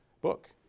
book